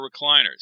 recliners